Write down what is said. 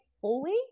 fully